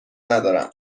ندارم